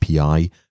API